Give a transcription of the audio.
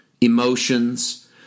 emotions